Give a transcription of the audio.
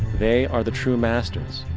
they are the true masters,